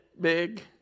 big